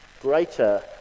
greater